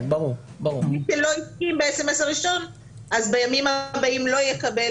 מי שלא הסכים באס.אמ.אס הראשון אז בימים הבאים הוא לא יקבל